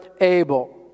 Abel